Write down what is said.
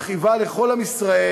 מכאיבה לכל עם ישראל.